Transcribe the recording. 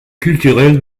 culturel